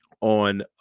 on